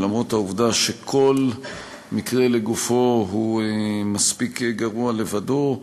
ולמרות העובדה שכל מקרה לגופו הוא מספיק גרוע לבדו,